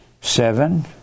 seven